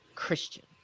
christian